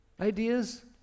ideas